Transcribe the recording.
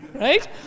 right